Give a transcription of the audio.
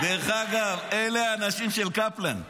דרך אגב, אלה האנשים של קפלן.